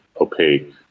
opaque